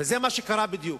וזה מה שקרה בדיוק.